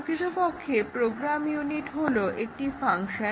প্রকৃতপক্ষে program unit হলো একটি ফাংশন